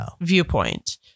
viewpoint